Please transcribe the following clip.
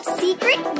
secret